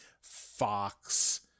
Fox